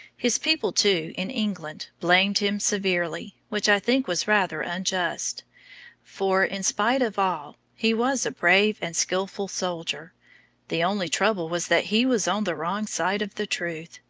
his people, too, in england blamed him severely, which i think was rather unjust for, in spite of all, he was a brave and skilful soldier the only trouble was that he was on the wrong side of the truth,